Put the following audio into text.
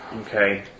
Okay